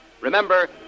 Remember